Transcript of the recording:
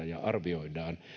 ja arvioidaan